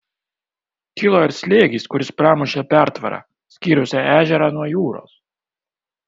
kilo ir slėgis kuris pramušė pertvarą skyrusią ežerą nuo jūros